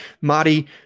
Marty